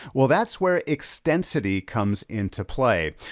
well that's where extensity comes into play.